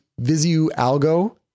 Visualgo